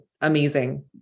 Amazing